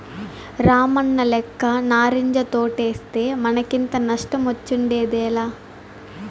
రామన్నలెక్క నారింజ తోటేస్తే మనకింత నష్టమొచ్చుండేదేలా